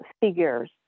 figures